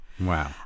Wow